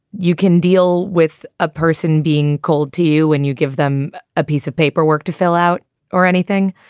you can deal with a person being cold to you when you give them a piece of paperwork to fill out or anything.